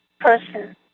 person